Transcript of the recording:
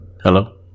Hello